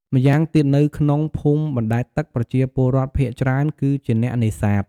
ម្យ៉ាងទៀត នៅក្នុងភូមិបណ្ដែតទឹក ប្រជាពលរដ្ឋភាគច្រើនគឺជាអ្នកនេសាទ។